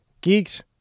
geeks